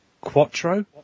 Quattro